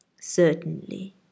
Certainly